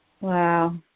Wow